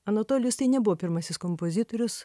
anatolijus tai nebuvo pirmasis kompozitorius